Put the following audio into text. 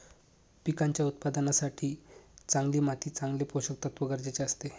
पिकांच्या उत्पादनासाठी चांगली माती चांगले पोषकतत्व गरजेचे असते